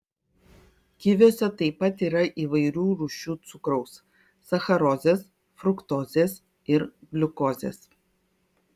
kiviuose taip pat yra įvairių rūšių cukraus sacharozės fruktozės ir gliukozės